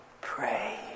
pray